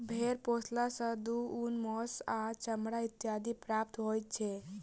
भेंड़ पोसला सॅ दूध, ऊन, मौंस आ चमड़ा इत्यादि प्राप्त होइत छै